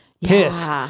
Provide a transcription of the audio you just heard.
Pissed